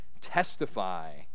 testify